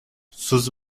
sus